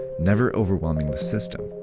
never overwhelming the system.